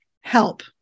help